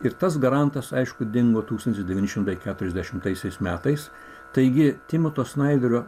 ir tas garantas aišku dingo tūkstantis devyni šimtai keturiasdešimtaisiais metais taigi timoto snaiderio